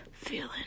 feeling